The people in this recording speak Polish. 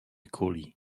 kuli